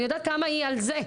אני יודעת כמה היא על זה,